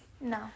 No